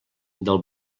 del